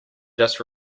just